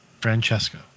Francesco